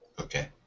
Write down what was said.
Okay